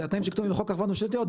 התנאים שכתובים בחוק החברות הממשלתיות,